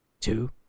two